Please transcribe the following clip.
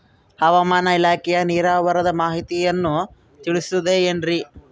ಹವಮಾನ ಇಲಾಖೆಯ ನಿಖರವಾದ ಮಾಹಿತಿಯನ್ನ ತಿಳಿಸುತ್ತದೆ ಎನ್ರಿ?